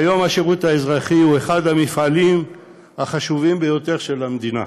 כיום השירות האזרחי הוא אחד המפעלים החשובים ביותר של המדינה,